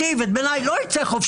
הזיקה?